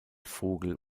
vogel